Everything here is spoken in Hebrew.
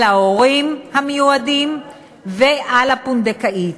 על ההורים המיועדים ועל הפונדקאית,